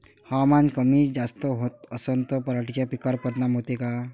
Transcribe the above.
हवामान कमी जास्त होत असन त पराटीच्या पिकावर परिनाम होते का?